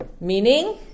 Meaning